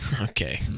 Okay